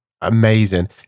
amazing